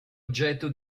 oggetto